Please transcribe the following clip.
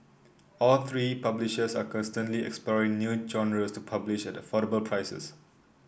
all three publishers are constantly exploring new genres to publish at affordable prices